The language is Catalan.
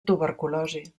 tuberculosi